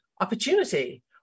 opportunity